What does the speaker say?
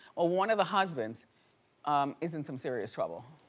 ah one of the husbands is in some serious trouble.